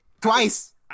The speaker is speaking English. Twice